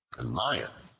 a lion,